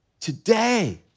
today